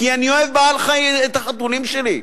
כי אני אוהב את החתולים שלי,